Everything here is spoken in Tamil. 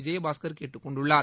விஜயபாஸ்கர் கேட்டுக் கொண்டுள்ளார்